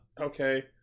Okay